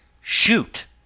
shoot